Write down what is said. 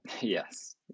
Yes